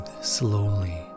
slowly